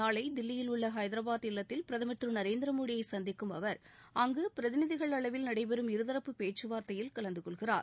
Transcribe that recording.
நாளை தில்லியில் உள்ள ஹைதராபாத் இல்லத்தில் பிரதமர் திரு நரேந்திரமோடியை சந்திக்கும் அவர் அங்கு பிரதிநிதிகள் அளவில் நடைபெறும் இருதரப்பு பேச்சுவார்த்தையில் கலந்து கொள்கிறார்